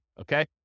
okay